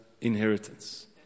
inheritance